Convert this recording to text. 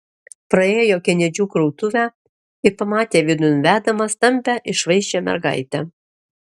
praėjo kenedžių krautuvę ir pamatė vidun vedamą stambią išvaizdžią mergaitę